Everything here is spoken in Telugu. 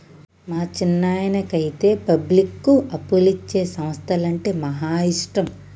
మా చిన్నాయనకైతే పబ్లిక్కు అప్పులిచ్చే సంస్థలంటే మహా ఇష్టం